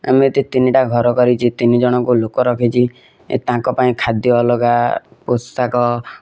ଏମିତି ତିନିଟା ଘର କରିଛି ତିନି ଜଣକୁ ଲୋକ ରଖିଛି ତାଙ୍କ ପାଇଁ ଖାଦ୍ୟ ଅଲଗା ପୋଷାକ